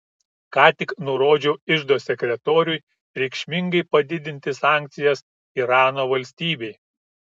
ką tik nurodžiau iždo sekretoriui reikšmingai padidinti sankcijas irano valstybei